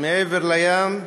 מעבר לים,